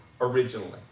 originally